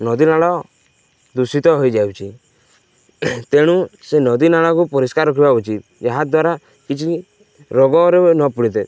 ନଦୀ ନାଳ ଦୂଷିତ ହେଇଯାଉଛି ତେଣୁ ସେ ନଦୀ ନାଳକୁ ପରିଷ୍କାର ରଖିବା ଉଚିତ ଏହା ଦ୍ୱାରା କିଛି ରୋଗରେ ବି ନ ପଡ଼ିଥାଏ